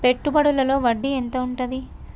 పెట్టుబడుల లో వడ్డీ ఎంత ఉంటది?